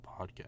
podcast